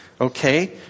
okay